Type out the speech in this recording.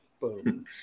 Boom